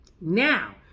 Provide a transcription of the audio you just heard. Now